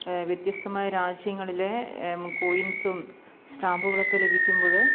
വ്യത്യസ്തമായ രാജ്യങ്ങളിലെ കോയിൻസും സ്റ്റാമ്പുകളൊക്കെ ലഭിക്കുമ്പോൾ